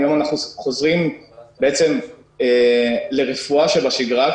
היום אנחנו חוזרים לרפואה שבשגרה,